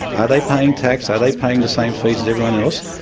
are they paying tax? are they paying the same fees as everyone else?